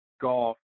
golf